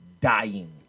dying